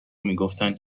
میگفتن